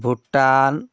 Bhutan